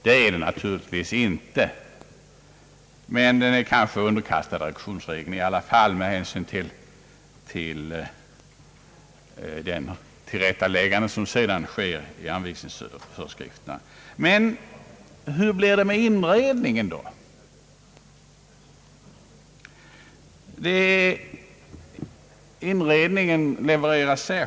Det är den naturligtvis inte, men den är kanske underkastad reduktionsregeln i alla fall med hänsyn till det tillrättaläggande, som sedan sker i anvisningsföreskrifterna. Hur blir det då med inredningen?